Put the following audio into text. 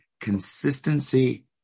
consistency